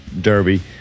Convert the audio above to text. Derby